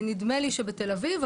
נדמה לי שבתל אביב,